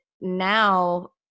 now